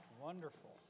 wonderful